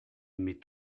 m’est